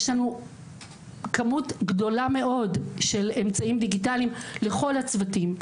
יש לנו כמות גדולה מאוד של אמצעים דיגיטליים לכל הצוותים.